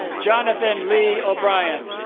jonathan lee o'brien